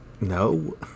No